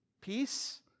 peace